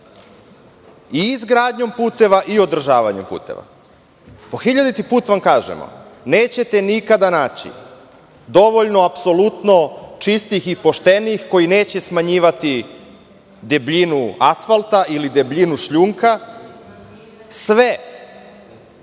i izgradnjom i održavanjem puteva. Po hiljaditi put vam kažemo da nećete nikada naći dovoljno apsolutno čistih i poštenih koji neće smanjivati debljinu asfalta ili debljinu šljunka sve